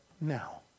now